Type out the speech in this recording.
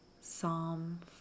Psalm